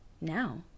now